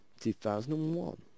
2001